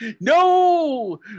No